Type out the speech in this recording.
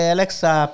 Alexa